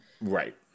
Right